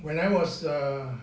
when I was a